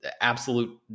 absolute